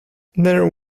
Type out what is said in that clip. there